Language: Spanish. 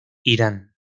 irán